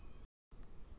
KYC ಎಂತಕೆ ಕೊಡ್ಬೇಕು?